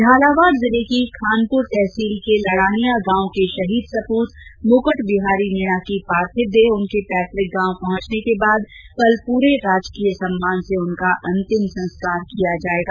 झालावाड़ जिले की खानपुर तहसील के लड़ानिया गांव के शहीद सपूत मुकुट बिहारी मीणा की पार्थिव देह उनके पैतुक गांव पहुंचने के बाद कल पूरे राजकीय सम्मान से उनका अंतिम संस्कार किया जाएगा